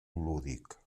lúdic